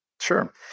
Sure